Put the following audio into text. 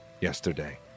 yesterday